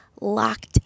locked